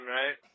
right